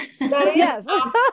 Yes